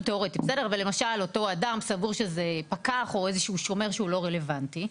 תיאורטי ואותו אדם סבור שזה פקח או שומר שהוא לא רלוונטי.